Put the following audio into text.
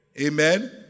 amen